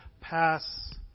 pass